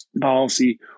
policy